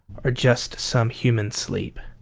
or just some human sleep.